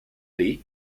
lee